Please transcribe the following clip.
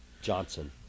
Johnson